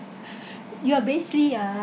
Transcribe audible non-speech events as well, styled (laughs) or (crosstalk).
(laughs) you're basically ya